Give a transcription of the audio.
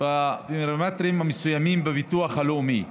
בפרמטרים מסוימים בביטוח הלאומי.